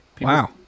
wow